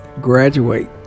graduate